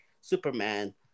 Superman